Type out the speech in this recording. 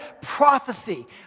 prophecy